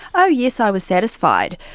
oh yes, i was satisfied',